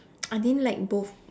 I didn't like both